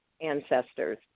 ancestors